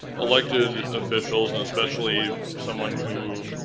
elected officials and especially someone who.